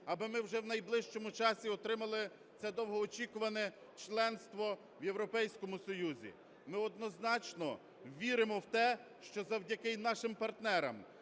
аби ми вже в найближчому часі отримали це довгоочікуване членство в Європейському Союзі. Ми однозначно віримо в те, що завдяки нашим партнерам,